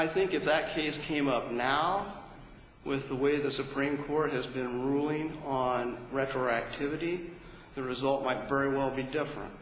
i think it's actually as came up now with the way the supreme court has been ruling on retroactivity the result might very well be different